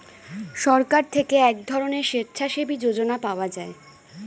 সরকার থেকে এক ধরনের স্বেচ্ছাসেবী যোজনা পাওয়া যায়